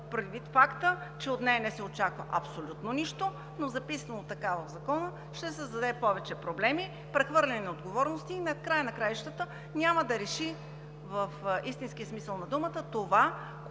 предвид факта че от нея не се очаква абсолютно нищо, но записано така, в Закона ще създаде повече проблеми, прехвърляне на отговорности и в края на краищата няма да реши в истинския смисъл на думата това, което